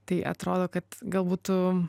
tai atrodo kad galbūt tu